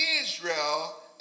Israel